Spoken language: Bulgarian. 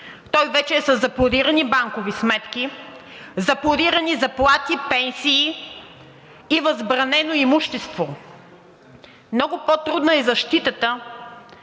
той вече е със запорирани банкови сметки, запорирани заплати, пенсии и възбранено имущество. Много по-трудна е защитата,